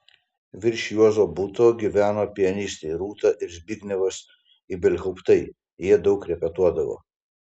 virš juozo buto gyveno pianistai rūta ir zbignevas ibelhauptai jie daug repetuodavo